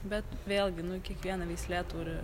bet vėlgi nu kiekviena veislė turi